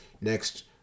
Next